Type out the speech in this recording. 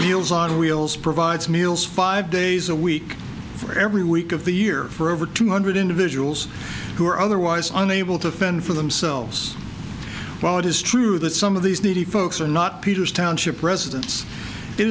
deals on wheels provides meals five days a week for every week of the year for over two hundred individuals who are otherwise unable to fend for themselves while it is true that some of these needy folks are not peters township residents i